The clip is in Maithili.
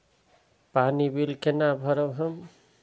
पानी बील केना भरब हम?